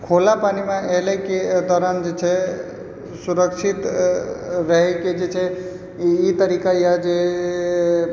खुला पानिमे हेलयके दौरान जे छै सुरक्षित रहैके जे छै ई तरीका यए जे